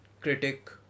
critic